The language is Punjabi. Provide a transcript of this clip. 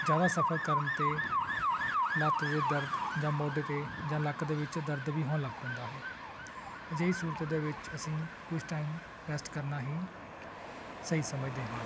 ਜ਼ਿਆਦਾ ਸਫ਼ਰ ਕਰਨ 'ਤੇ ਲੱਤ 'ਚ ਦਰਦ ਜਾਂ ਮੋਢੇ 'ਤੇ ਜਾਂ ਲੱਕ ਦੇ ਵਿੱਚ ਦਰਦ ਵੀ ਹੋਣ ਲੱਗ ਪੈਂਦਾ ਹੈ ਅਜਿਹੀ ਸੂਰਤ ਦੇ ਵਿੱਚ ਅਸੀਂ ਕੁਛ ਟਾਈਮ ਰੈਸਟ ਕਰਨਾ ਹੀ ਸਹੀ ਸਮਝਦੇ ਹਾਂ